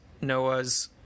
Noah's